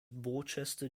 borchester